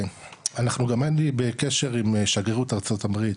שגם אנחנו בקשר עם שגרירות ארצות הברית